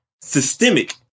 systemic